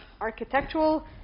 architectural